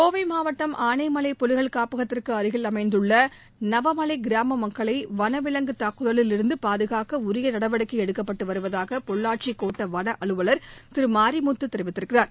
கோவை மாவட்டம் ஆனைமலை புலிகள் காப்பகத்திற்கு அருகில் அமைந்துள்ள நவமலை கிராம மக்களை வனவிவங்கு தாக்குதலிலிருந்து பாதுகாக்க உரிய நடவடிக்கை எடுக்கப்பட்டு வருவதாக பொள்ளாச்சி கோட்ட வன அலுவலர் திரு மாரிமுத்து கூறியிருக்கிறார்